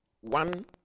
one